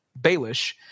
baelish